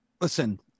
listen